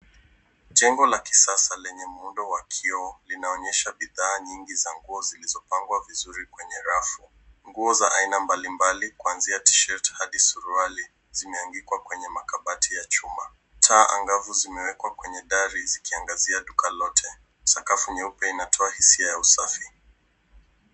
Jengo la kisasa lenye muundo wa kioo linaonyesha bidhaa nyingi za nguo zilizopangwa kwenye rafu. Nguo za aina mbalimbali kuanzia t-shirt na suruali zimeanikwa kwenye makabati ya chuma. Taa angavu zimewekwa kwenye dari zikiangazia duka lote. Sakafu nyeupe inatoa hisia ya usafi.